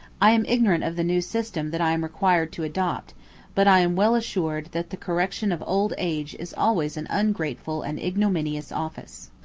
i am ignorant of the new system that i am required to adopt but i am well assured, that the correction of old age is always an ungrateful and ignominious office.